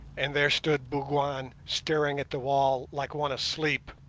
and there stood bougwan staring at the wall like one asleep,